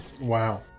Wow